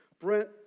Brent